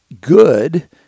good